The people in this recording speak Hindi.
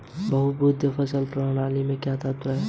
बहुविध फसल प्रणाली से क्या तात्पर्य है?